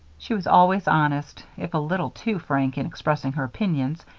she was always honest, if a little too frank in expressing her opinions,